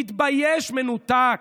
תתבייש, מנותק,